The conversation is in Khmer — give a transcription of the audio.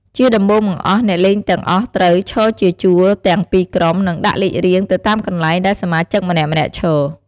ជាដំបូងបង្អស់ អ្នកលេងទាំងអស់ត្រូវ ឈរជាជួរទាំងពីរក្រុម និងដាក់លេខរៀងទៅតាមកន្លែងដែលសមាជិកម្នាក់ៗឈរ។